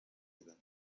eva